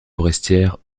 forestière